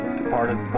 departed